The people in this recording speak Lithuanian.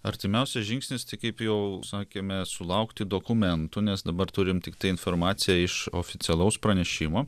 artimiausias žingsnis tai kaip jau sakėme sulaukti dokumentų nes dabar turim tiktai informaciją iš oficialaus pranešimo